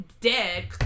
dead